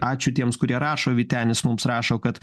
ačiū tiems kurie rašo vytenis mums rašo kad